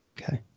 Okay